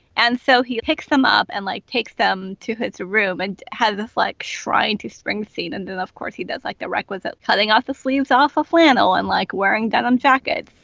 and so he picks them up and like take them to his room and has the fleck shrine to springsteen and then of course he does like the requisite cutting off the sleeves off of flannel and like wearing denim jacket.